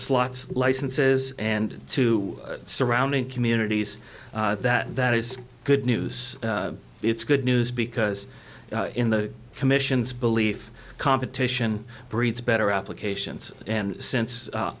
slots licenses and to surrounding communities that that is good news it's good news because in the commission's belief competition breeds better applications and since